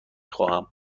خواهم